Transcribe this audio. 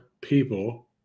people